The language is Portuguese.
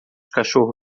cachorro